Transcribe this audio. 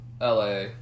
LA